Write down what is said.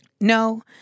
No